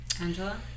Angela